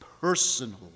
personal